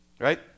right